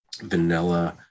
vanilla